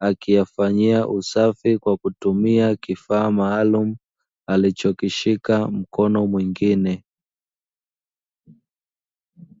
akiyafanyia usafi kwa kutumia kifaa maalumu, alichokishika mkono mwingine.